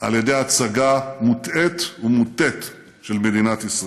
על ידי הצגה מוטעית ומוטית של מדינת ישראל.